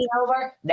over